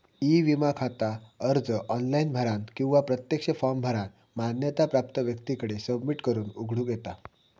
E विमा खाता अर्ज ऑनलाइन भरानं किंवा प्रत्यक्ष फॉर्म भरानं मान्यता प्राप्त व्यक्तीकडे सबमिट करून उघडूक येता